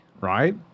right